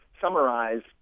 summarize